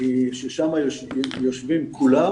שם יושבים כולם